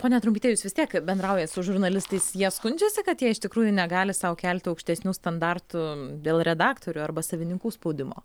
ponia trumpyte jūs vis tiek bendraujat su žurnalistais jie skundžiasi kad jie iš tikrųjų negali sau kelti aukštesnių standartų dėl redaktorių arba savininkų spaudimo